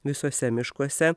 visuose miškuose